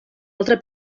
altra